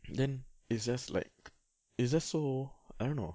then it's just like it's just so I don't know